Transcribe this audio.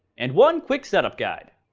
and one quick setup guide